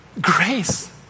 grace